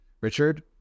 Richard